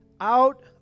out